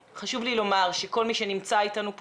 אני אשמח מאוד אם כל מי שנמצא איתנו בזום,